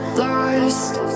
lost